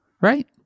Right